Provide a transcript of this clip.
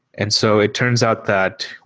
and so it turns out that,